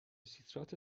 سیترات